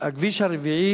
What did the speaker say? הכביש הרביעי,